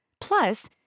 Plus